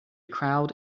crowd